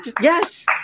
yes